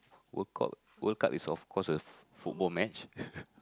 World-Cup World-Cup is of course the football match